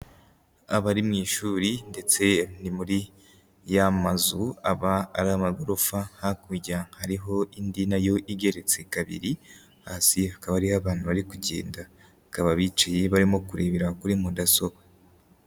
Abari mu ishuri ndetse ni muri ya mazu aba ari amagorofa, hakurya hari indi nayo igeretse kabiri, hasi hakaba hariyo abantu bari kugenda bicaye barimo kurebera kuri mudasobwa.